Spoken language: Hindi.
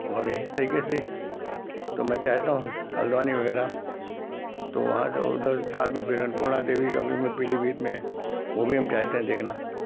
और इस तरीके से तो मैं चाहता हूँ हल्द्वानी वगैरह तो वहाँ तो उधर साथ में फ़िर अन्नपूर्णा देवी का भी पीलीभीत में वह भी हम चाहते हैं देखना